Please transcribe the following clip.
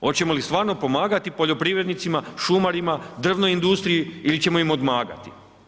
Hoćemo li stvarno pomagati poljoprivrednicima, šumarima, drvnoj industriji ili ćemo im odmagati?